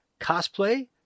Cosplay